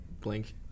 blink